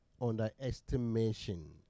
underestimation